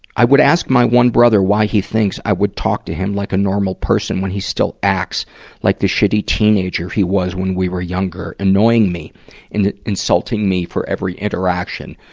i would ask my one brother why he thinks i would talk to him like a normal person when he still acts like the shitty teenager he was when we were younger, annoying me and insulting me for every interaction